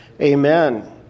Amen